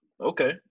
Okay